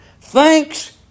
Thanks